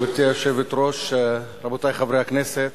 גברתי היושבת-ראש, רבותי חברי הכנסת,